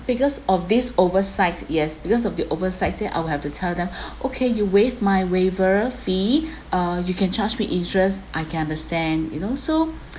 because of this oversized yes because of the oversized then I will have to tell them okay you waive my waiver fee uh you can charge me interest I can understand you know so